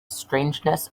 strangeness